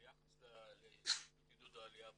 ביחס לעידוד העלייה בעולם.